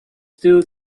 still